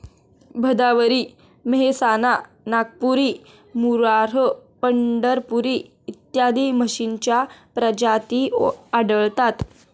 भदावरी, मेहसाणा, नागपुरी, मुर्राह, पंढरपुरी इत्यादी म्हशींच्या प्रजाती आढळतात